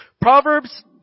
Proverbs